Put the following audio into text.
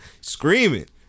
screaming